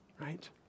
right